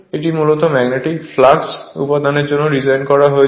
এটি মূলত magnetic flux উৎপাদনের জন্য ডিজাইন করা হয়েছে